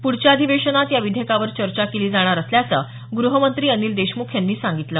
पुढच्या अधिवेशनात या विधेयकावर चर्चा केली जाणार असल्याचं ग्रहमंत्री अनिल देशमुख यांनी सांगितलं